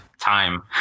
time